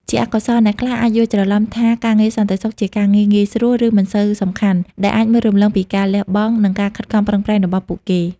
ជាអកុសល អ្នកខ្លះអាច យល់ច្រឡំ ថាការងារសន្តិសុខជាការងារងាយស្រួល ឬមិនសូវសំខាន់ ដែលអាចមើលរំលងពីការលះបង់ និងការខិតខំប្រឹងប្រែងរបស់ពួកគេ។